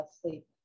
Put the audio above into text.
sleep